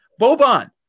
Boban